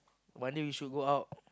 one day we should go out